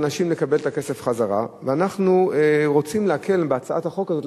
לאנשים לקבל את הכסף חזרה ואנחנו רוצים להקל בהצעת החוק הזאת,